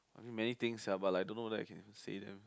I mean many things sia but I don't know whether I can say them